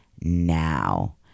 now